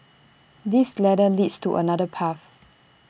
this ladder leads to another path